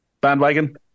bandwagon